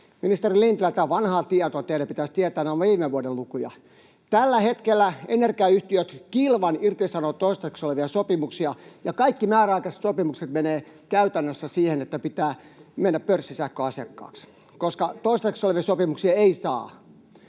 ministeri Lintilä, tämä on vanhaa tietoa — teidän pitäisi tietää, että ne ovat viime vuoden lukuja. Tällä hetkellä energiayhtiöt kilvan irtisanovat toistaiseksi voimassa olevia sopimuksia ja kaikki määräaikaiset sopimukset menevät käytännössä siihen, että pitää mennä pörssisähköasiakkaaksi, koska toistaiseksi voimassa olevia sopimuksia ei saa.